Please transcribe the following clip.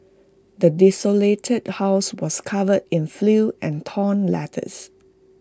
the desolated house was covered in filth and torn letters